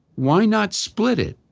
why not split it?